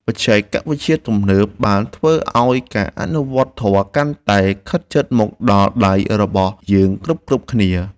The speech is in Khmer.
បច្ចេកវិទ្យាទំនើបបានធ្វើឱ្យការអនុវត្តធម៌កាន់តែខិតជិតមកដល់ដៃរបស់យើងគ្រប់ៗគ្នា។